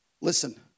listen